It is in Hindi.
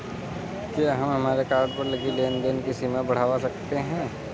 क्या हम हमारे कार्ड पर लगी लेन देन की सीमा बढ़ावा सकते हैं?